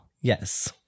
Yes